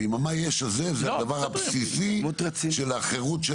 ועם המה יש הזה זה הדבר הבסיסי של החירות של